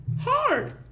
hard